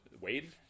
Wade